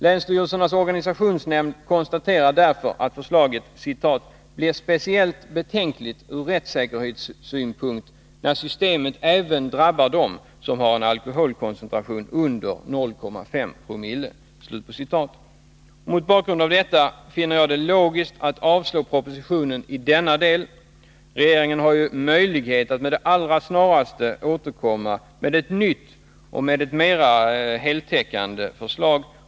Länsstyrelsernas organisationsnämnd konstaterar därför att förslaget ”blir speciellt betänkligt ur rättssäkerhetsynpunkt när systemet även drabbar de som har en alkoholkoncentration under 0.5 promille”. Mot bakgrund av detta finner jag det logiskt att propositionen avslås i denna del. Regeringen har ju möjlighet att med det allra snaraste återkomma med ett nytt och mer heltäckande förslag.